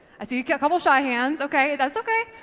i see a couple shy hands okay. that's okay.